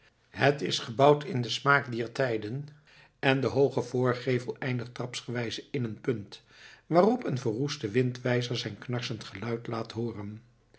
het is gebouwd in den smaak dier tijden en de hooge voorgevel eindigt trapsgewijze in een punt waarop een verroeste windwijzer zijn knarsend geluid laat hooren